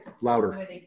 Louder